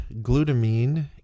glutamine